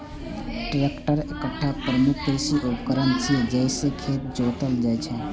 tractor एकटा प्रमुख कृषि उपकरण छियै, जइसे खेत जोतल जाइ छै